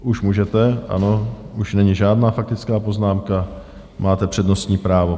Už můžete, ano, už není žádná faktická poznámka, máte přednostní právo.